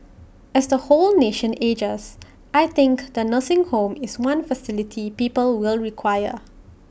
as the whole nation ages I think the nursing home is one facility people will require